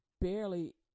barely